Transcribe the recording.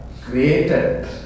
created